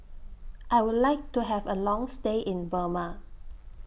I Would like to Have A Long stay in Burma